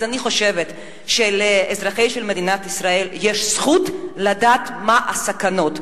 אז אני חושבת שלאזרחי מדינת ישראל יש זכות לדעת מה הסכנות.